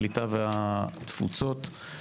הקליטה והתפוצות.